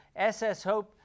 sshope